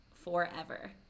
Forever